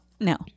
no